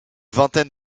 vingtaine